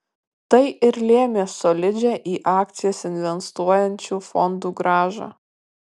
tai ir lėmė solidžią į akcijas investuojančių fondų grąžą